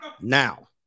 Now